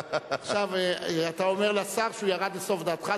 עכשיו אתה אומר לשר שהוא ירד לסוף דעתך,